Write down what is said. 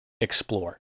explore